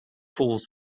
fools